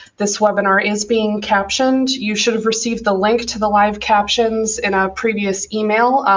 this webinar is being captioned. you should have received the link to the live captions in a previous email.